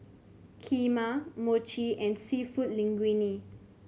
Kheema Mochi and Seafood Linguine